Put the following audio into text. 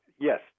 Yes